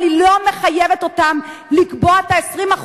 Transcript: אבל היא לא מחייבת אותם לקבוע את ה-20%